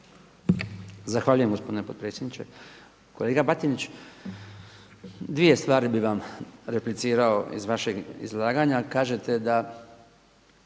Zahvaljujem gospodine potpredsjedniče. Kolega Batinić, dvije stvari bih vam replicirao iz vašeg izlaganja. Kažete da